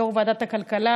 יושב-ראש ועדת הכלכלה,